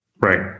right